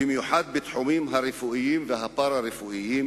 במיוחד בתחומים הרפואיים והפארה-רפואיים,